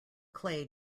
clay